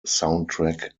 soundtrack